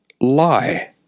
lie